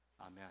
Amen